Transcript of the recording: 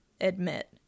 admit